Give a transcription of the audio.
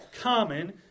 common